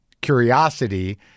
curiosity